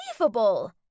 Unbelievable